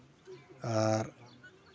ᱟᱨ